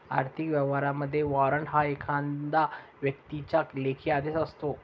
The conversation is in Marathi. आर्थिक व्यवहारांमध्ये, वॉरंट हा एखाद्या व्यक्तीचा लेखी आदेश असतो